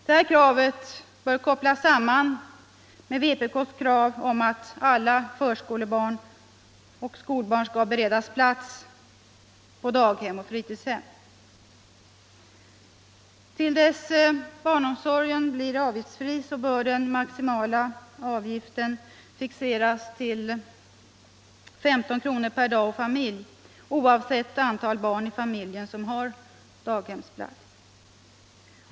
Detta krav bör kopplas samman med vpk:s krav om att alla förskolebarn skall beredas plats på daghem och fritidshem. Tills barnomsorgen blir avgiftsfri bör den maximala avgiften fixeras till 15 kr. per dag och familj oavsett antal barn i familjen som har daghemsplats.